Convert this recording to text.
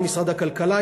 עם משרד הכלכלה,